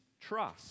trust